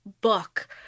book